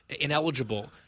ineligible